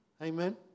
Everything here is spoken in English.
Amen